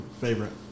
favorite